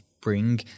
bring